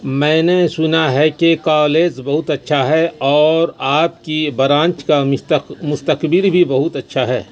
میں نے سنا ہے کہ کالز بہت اچھا ہے اور آپ کی برانچ کا مستق مستقبل بھی بہت اچھا ہے